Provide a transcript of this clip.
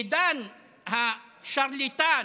עידן השרלטן,